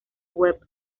webb